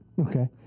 Okay